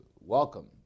Welcome